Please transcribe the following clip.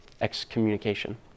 excommunication